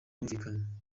bwumvikane